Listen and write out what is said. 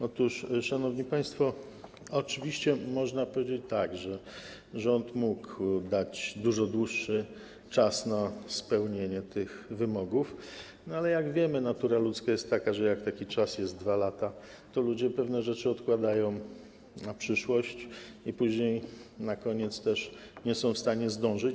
Otóż, szanowni państwo, oczywiście można powiedzieć, że rząd mógł dać dużo więcej czasu na spełnienie tych wymogów, ale jak wiemy, natura ludzka jest taka, że jak taki czas wynosi 2 lata, to ludzie pewne rzeczy odkładają na przyszłość i później, na koniec też nie są w stanie zdążyć.